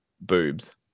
boobs